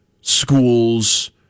schools